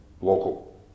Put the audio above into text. local